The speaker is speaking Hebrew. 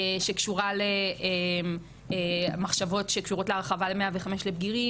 שקשורה למחשבות שקשורות להרחבה ל-105 לבגירים,